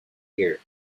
year